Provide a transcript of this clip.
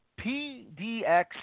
PDX